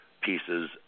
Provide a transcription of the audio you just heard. pieces